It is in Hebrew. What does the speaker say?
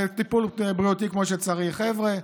לטיפול בריאותי כמו שצריך: חבר'ה,